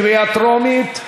קריאה טרומית.